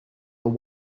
are